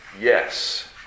yes